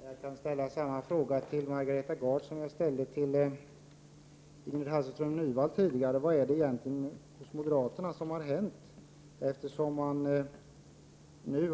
Herr talman! Jag kan ställa samma fråga till Margareta Gard som jag tidigare ställde till Ingrid Hasselström Nyvall beträffande folkpartiet. Vad har egentligen hänt hos moderaterna, eftersom man nu